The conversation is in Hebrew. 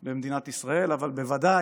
במדינת ישראל, אבל בוודאי